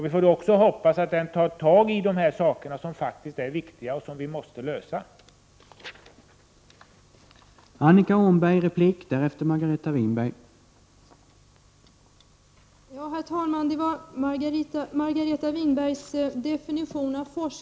Vi får också hoppas att man då tar tag i dessa frågor, som är mycket viktiga. Vi måste lösa de här problemen.